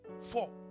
Four